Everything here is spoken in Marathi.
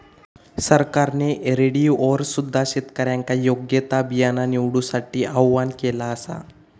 सरकारने रेडिओवर सुद्धा शेतकऱ्यांका योग्य ता बियाणा निवडूसाठी आव्हाहन केला आसा